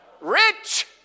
Rich